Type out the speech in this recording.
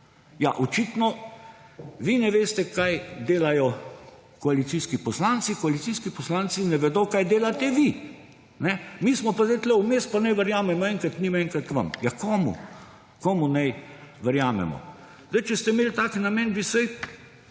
Ja, očitno, vi ne veste, kaj delajo koalicijski poslanci, koalicijski poslanci ne vedo, kaj delate vi. Mi smo pa zdaj tu vmes, pa naj verjamemo enkrat njim, enkrat vam. Ja komu? Komu naj verjamemo? Zdaj, če ste imel tak namen, bi vsaj